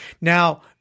Now